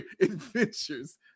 adventures